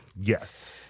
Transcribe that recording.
Yes